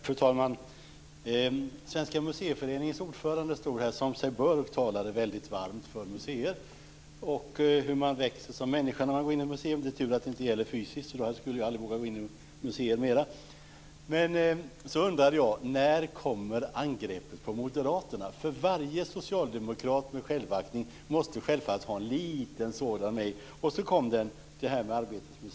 Fru talman! Svenska museiföreningens ordförande stod här och talade, som sig bör, väldigt varmt för museer, om hur man växer som människa när man går in i ett museum - det är tur att det inte gäller fysiskt, för då skulle jag aldrig våga gå in i museer mer. Men så undrade jag: När kommer angreppet på moderaterna? Varje socialdemokrat med självaktning måste självfallet ha en liten sådan med. Och så kom den, i samband med detta med Arbetets museum.